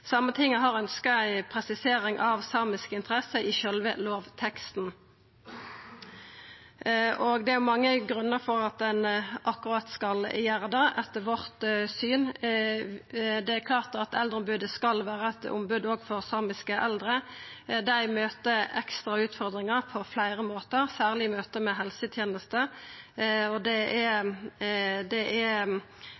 Sametinget har ønskt ei presisering av samiske interesser i sjølve lovteksten. Det er etter vårt syn mange grunnar til at ein skal gjera det. Det er klart at Eldreombodet skal vera eit ombod òg for samiske eldre. Dei møter ekstra utfordringar på fleire måtar, særleg i møte med helsetenester, og det er